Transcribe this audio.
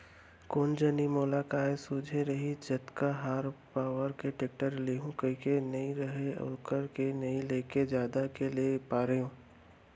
कोन जनी मोला काय सूझे रहिस जतका हार्स पॉवर के टेक्टर लेहूँ कइके गए रहेंव ओतका के नइ लेके जादा के ले पारेंव